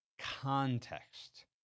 context